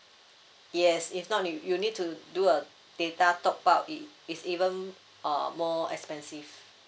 yes if not you you need to do a data top up it is even uh more expensive